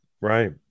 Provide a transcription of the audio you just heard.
right